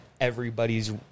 everybody's